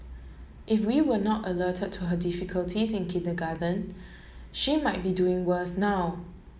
if we were not alerted to her difficulties in kindergarten she might be doing worse now